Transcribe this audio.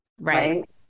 right